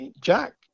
Jack